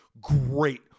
great